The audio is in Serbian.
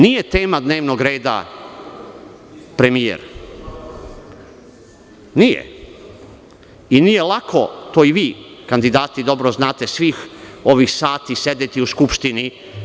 Nije tema dnevnog reda premijer i nije lako, to i vi kandidati dobro znate, svih ovih sati sedeti u Skupštini.